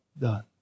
done